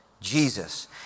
Jesus